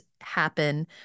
happen